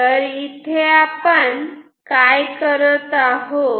तर इथे आपण काय करत आहोत